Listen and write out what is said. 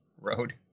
road